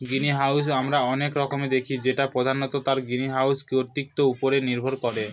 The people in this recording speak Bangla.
গ্রিনহাউস আমরা অনেক রকমের দেখি যেটা প্রধানত তার গ্রিনহাউস কৃতির উপরে নির্ভর করে